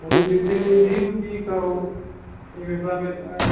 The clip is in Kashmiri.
اۭں یہِ تُہۍ وۄنۍ دِیِو تی کَرو ییٚمہِ حِساب اَتہِ آسہِ